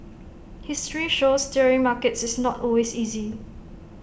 history shows steering markets is not always easy